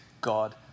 God